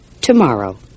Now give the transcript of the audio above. tomorrow